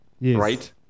Right